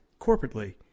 corporately